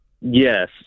Yes